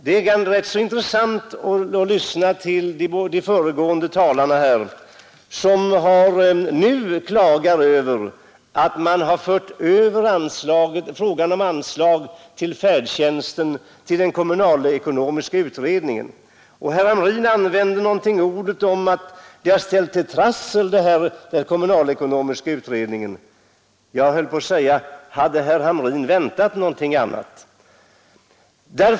Det var intressant att lyssna till de föregående talarna, som nu klagar över att man fört över frågan om anslag till färdtjänsten till den kommunalekonomiska utredningen. Herr Hamrin sade att det har ställt till trassel. Jag höll på att säga: Hade herr Hamrin väntat någonting annat?